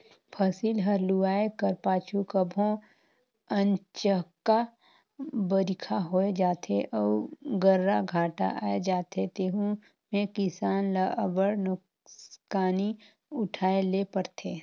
फसिल हर लुवाए कर पाछू कभों अनचकहा बरिखा होए जाथे अउ गर्रा घांटा आए जाथे तेहू में किसान ल अब्बड़ नोसकानी उठाए ले परथे